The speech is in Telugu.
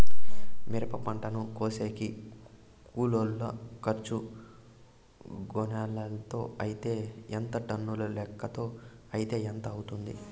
మిరప పంటను కోసేకి కూలోల్ల ఖర్చు గోనెలతో అయితే ఎంత టన్నుల లెక్కలో అయితే ఎంత అవుతుంది?